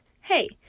hey